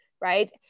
right